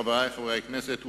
חברי חברי הכנסת,